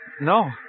No